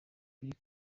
bill